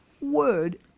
word